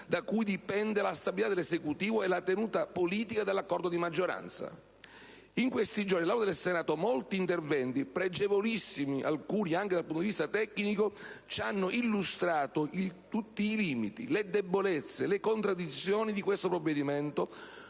da cui dipende la stabilità dell'Esecutivo e la tenuta politica dell'accordo di maggioranza. In questi giorni, nell'Aula del Senato, molti interventi - alcuni dei quali pregevolissimi, anche dal punto di vista tecnico - ci hanno illustrato tutti i limiti, le debolezze e le contraddizioni di questo provvedimento,